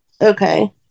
Okay